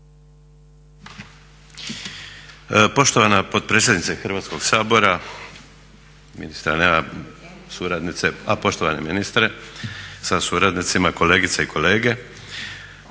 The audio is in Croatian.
Poštovana potpredsjednice Hrvatskog sabora, poštovani ministre sa suradnicima, kolegice i kolege